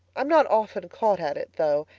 i'm not often caught at it though,